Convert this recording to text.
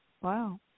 Wow